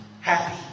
Happy